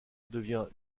devient